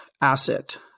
asset